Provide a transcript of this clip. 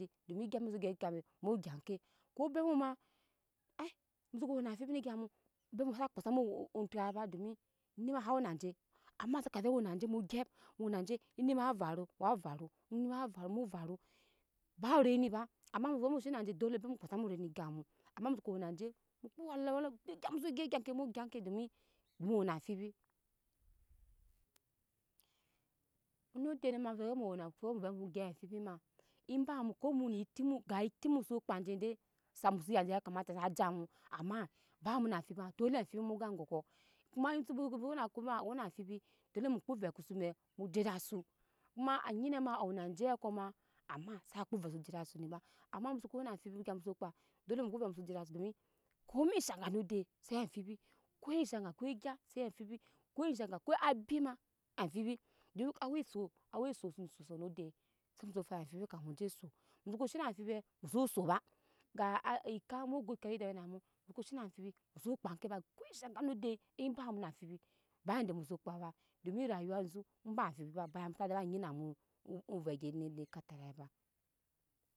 Domi gya muso gyi gya no mu gya ke ko bemu ma mu soko wena mafibi ne gap obemu sa kpa samuo okya ba domi eni ma sa wena je ama saka vɛ wena je ama saka vɛ wena je mu gyap mu wena je eni ma wa varu wa varu eni ma wa varu mu varu ba reni ba ama mu vɛ mu shena je dole obe mu kpa se mu veni egap mu ama mu soko wena je mu ko wala wal dok egyi muso gyi gyake mu gya ke domi mu wena amfibi no dena ma vɛ mu wena ko mu gyi amfibi ma eba ko muno eti mu gai ti muso epa je dai muso ya musoya je sa kamata saje mu ama bamu na amfibi dole amfibi mu gan egoko koma koma koma awena amfibi dole mu kpo ovɛ oŋke su le mu je da su koma agyi ne ma awena je koma ama sa kpo ovɛ su je da suni ba ama mu soko wena amfibi gya muso kpa dole mu kpo ovɛ muso kpa dole mu kpo ovɛ muso kpa ssole mu kpo ovɛ muso jeda su domi ko mi shaga mude se amfibi ko shaga ko gya se amfubu ko shaga ko abima amfibi dok awɛ sa awa suso awa soso node se mu so fai amfibi kapi muje su mu soko shena amfibi mu soso ba ga a rika mu s go ika se dami na mu mu ko shena amfibi mu so kpa ke ba ko eshaga node eba mu na amfibi ba ide muso kpa ba domi tagu nyi na mu mu vɛ nyi ne ne le ekatarai ba.